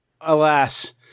alas